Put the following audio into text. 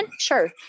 Sure